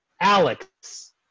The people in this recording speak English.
Alex